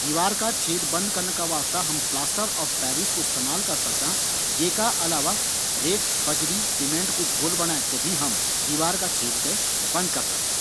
दीवार का छेंद बंद करना का वास्ता हम प्लास्टर ऑफ़ पेरिस कू इस्तेमाल कर सकदां। ये का अलावा रेत, बजरी, सीमेंट कू घोल बणेक थें भी हम दीवार का छेंद थें बंद कर सकदां।